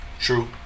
True